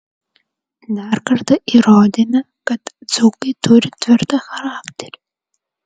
dar kartą įrodėme kad dzūkai turi tvirtą charakterį